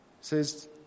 says